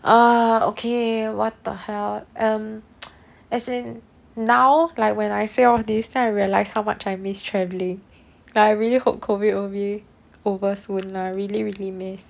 ah okay what the hell um as in now like when I say all this time I realize how much I miss traveling like I really hope COVID will be over soon lah really really miss